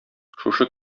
шушы